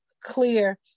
clear